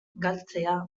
galtzea